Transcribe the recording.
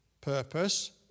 purpose